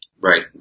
Right